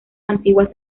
antiguas